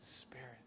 spirit